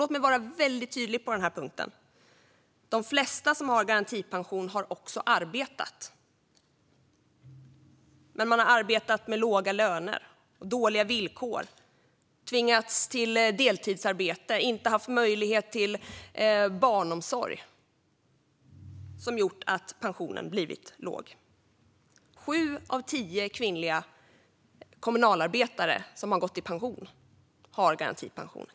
Låt mig vara väldigt tydlig på denna punkt: De flesta som har garantipension har också arbetat, men de har arbetat till låga löner och dåliga villkor, tvingats till deltidsarbete och inte haft möjlighet till barnomsorg, vilket har gjort att pensionen blivit låg. Sju av tio kvinnliga kommunalarbetare som har gått i pension har garantipension.